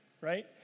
right